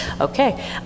Okay